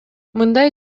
мындай